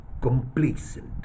complacent